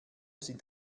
sind